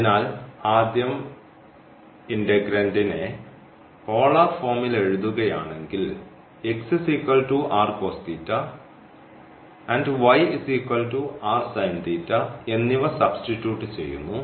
അതിനാൽ ആദ്യം ഇന്റഗ്രന്റിനെ പോളാർ ഫോമിൽ എഴുതുകയാണെങ്കിൽ and എന്നിവ സബ്സ്റ്റിറ്റ്യൂട്ട് ചെയ്യുന്നു